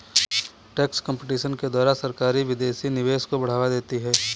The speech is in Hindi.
टैक्स कंपटीशन के द्वारा सरकारी विदेशी निवेश को बढ़ावा देती है